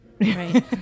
Right